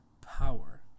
power